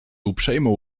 uprzejmą